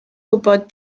gwybod